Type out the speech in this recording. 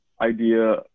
idea